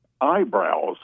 eyebrows